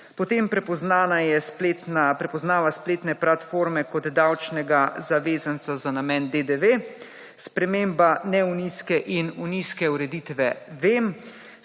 prepoznava spletne platforme kot davčnega zavezanca za namen DDV, sprememba neuniske in uniske ureditve VEM,